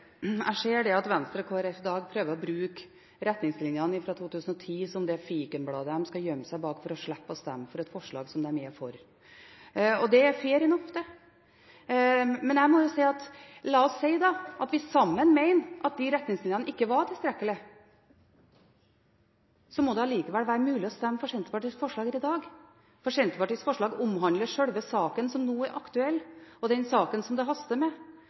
Jeg ser at Venstre og Kristelig Folkeparti i dag prøver å bruke retningslinjene fra 2010 som det fikenbladet de skal gjemme seg bak, for å slippe å stemme for et forslag de er for. Det er «fair enough». Men la oss si at vi sammen mener at de retningslinjene ikke var tilstrekkelige. Da må det likevel være mulig å stemme for Senterpartiets forslag her i dag, for Senterpartiets forslag omhandler sjølve saken som nå er aktuell, og den saken som det haster med.